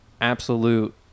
absolute